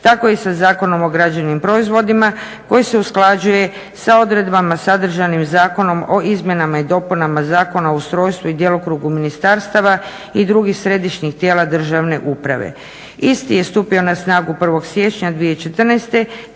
Tako i sa Zakonom o građevnim proizvodima koji se usklađuje sa odredbama sadržanim Zakonom o izmjenama i dopunama Zakona o ustrojstvu i djelokrugu ministarstava i drugih središnjih tijela državne uprave. Isti je stupio na snagu 1. siječnja 2014.